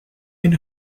been